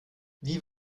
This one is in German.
wie